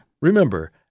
Remember